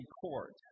court